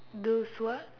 those who are